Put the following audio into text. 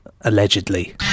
Allegedly